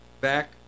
back